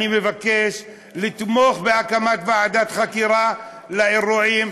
אני מבקש לתמוך בהקמת ועדת חקירה לאירועים,